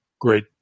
great